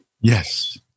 Yes